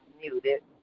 muted